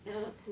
eh ya